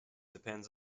depends